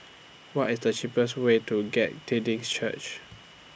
What IS The cheapest Way to Glad Tidings Church